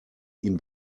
ihm